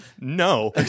no